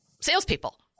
salespeople